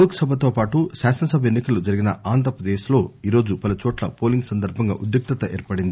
లోక్ సభతో పాటు శాసనసభ ఎన్నికలు జరిగిన ఆంధ్రప్రదేశ్ లో ఈరోజు పలుచోట్ల పోలింగ్ సందర్బంగా ఉద్రిక్తత ఏర్పడింది